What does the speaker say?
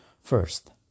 First